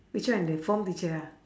which one the form teacher ah